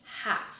half